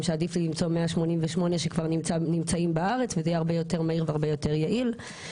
שעדיף למצוא 188 שכבר נמצאים בארץ וזה הרבה יותר מהיר והרבה יותר יעיל.